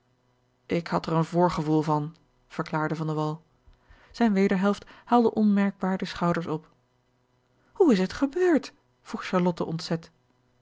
ik had er een voorgevoel van verklaarde van de wall zijne wederhelft haalde onmerkbaar de schouders op hoe is het gebeurd vroeg charlotte ontzet